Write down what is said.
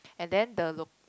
and then the lo~